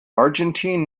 argentine